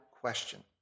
question